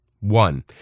One